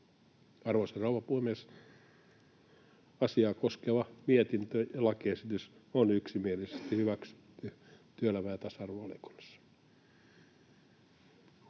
Arvoisa rouva puhemies! Asiaa koskeva mietintö ja lakiesitys on yksimielisesti hyväksytty työelämä- ja tasa-arvovaliokunnassa.